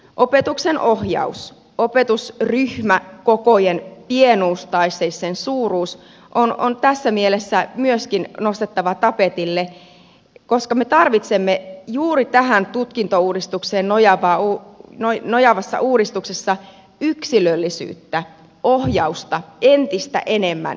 opetuksen ohjaus opetusryhmäkokojen pienuus tai siis sen suuruus on tässä mielessä myöskin nostettava tapetille koska me tarvitsemme juuri tähän tutkintouudistukseen nojaavassa uudistuksessa yksilöllisyyttä ohjausta entistä enemmän